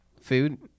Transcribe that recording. Food